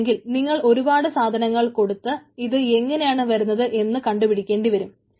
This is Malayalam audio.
അല്ലെങ്കിൽ നിങ്ങൾ ഒരുപാട് സാധനങ്ങൾ കൊടുത്ത് ഇത് എങ്ങനെയാണ് വരുന്നത് എന്ന് കണ്ടു പിടിക്കേണ്ടി വരും